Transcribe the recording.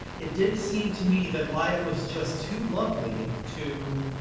it did seem to me that life was just too lovely to